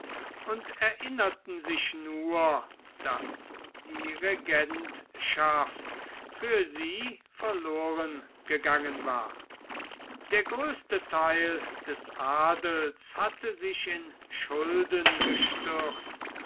und erinnerten sich nur daß die regentschaft für sie verloren gegangen war der größte theil des adels hatte sich in schulden gestürzt